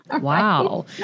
Wow